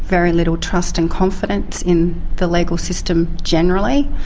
very little trust and confidence in the legal system generally.